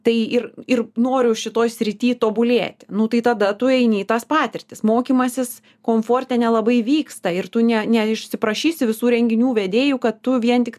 tai ir ir noriu šitoj srity tobulėti nu tai tada tu eini į tas patirtis mokymasis komforte nelabai vyksta ir tu ne neišsiprašysi visų renginių vedėjų kad tu vien tik